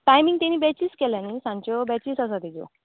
timing तेंणी batches केल्यात न्ही सांजच्यो बॅचीस आसा तेज्यो